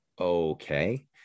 okay